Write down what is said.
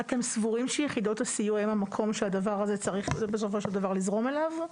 אתם סבורים שיחידות הסיוע הם המקומות שבסופו של דבר זה צריך לזרום אליו?